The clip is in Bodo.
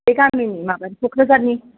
बे गामिनि माबा कक्राझारनि